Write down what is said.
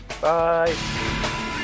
Bye